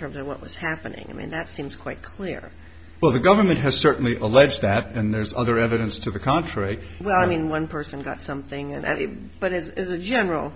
terms of what was happening i mean that seems quite clear well the government has certainly alleged that and there's other evidence to the contrary well i mean one person got something and but as a general